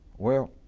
well,